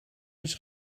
eens